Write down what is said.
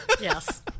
Yes